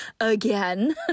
again